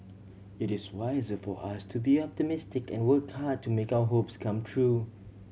it is wiser for us to be optimistic and work hard to make our hopes come true